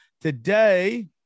today